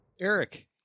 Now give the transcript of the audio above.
Eric